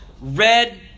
Red